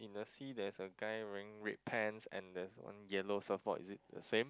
you see there's a guy wearing red pants and there's one yellow surfboard is it the same